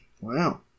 Wow